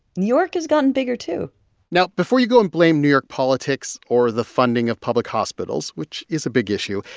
new york has gotten bigger, too now, before you go and blame new york politics or the funding of public hospitals, which is a big issue,